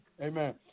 Amen